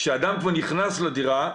כשאדם כבר נכנס לדירה,